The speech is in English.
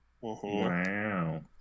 wow